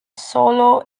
solo